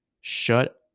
shut